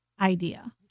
idea